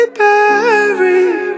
buried